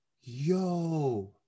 yo